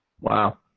Wow